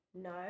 no